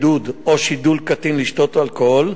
עידוד או שידול קטין לשתות אלכוהול,